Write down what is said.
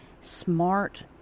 smart